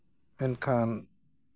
ᱢᱮᱱᱠᱷᱟᱱ